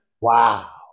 Wow